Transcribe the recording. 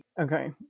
Okay